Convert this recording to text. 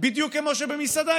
בדיוק כמו שבמסעדה,